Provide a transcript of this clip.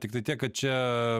tiktai tiek kad čia